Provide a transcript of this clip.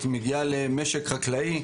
את מגיעה למשק חקלאי,